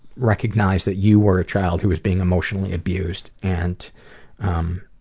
recognize that you were a child who was being emotionally abused, and um,